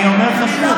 אני אומר לך שוב,